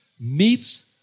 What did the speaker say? meets